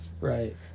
Right